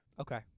Okay